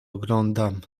oglądam